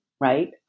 right